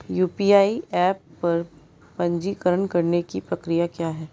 UPI app पर पंजीकरण करने की प्रक्रिया क्या है?